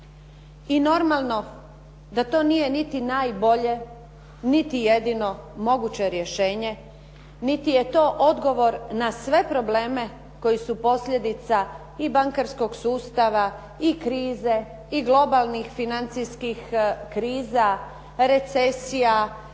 I normalno da to nije niti najbolje, niti jedino moguće rješenje, niti je to odgovor na sve probleme koji su posljedica i bankarskog sustava, i krize, i globalnih financijskih kriza, recesija,